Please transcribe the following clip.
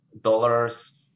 dollars